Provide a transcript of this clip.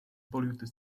polluted